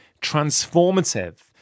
transformative